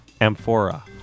Amphora